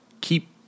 keep